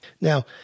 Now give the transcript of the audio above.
Now